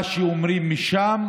מה שאומרים משם,